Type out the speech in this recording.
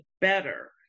better